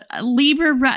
Libra